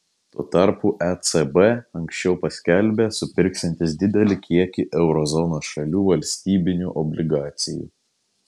tuo tarpu ecb anksčiau paskelbė supirksiantis didelį kiekį euro zonos šalių valstybinių obligacijų